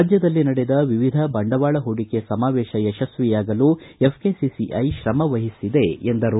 ರಾಜ್ಯದಲ್ಲಿ ನಡೆದ ವಿವಿಧ ಬಂಡವಾಳ ಹೂಡಿಕೆ ಸಮಾವೇಶ ಯಶಸ್ವಿಯಾಗಲು ಎಫ್ಕೆಸಿಸಿಐ ಶ್ರಮ ವಹಿಸಿದೆ ಎಂದರು